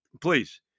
please